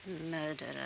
Murderer